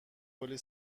کلی